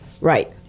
right